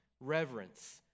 Reverence